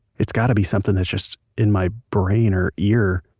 it's gotta be something that's just in my brain or ear.